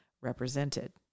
represented